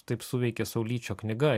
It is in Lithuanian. taip suveikė saulyčio knyga